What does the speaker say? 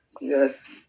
Yes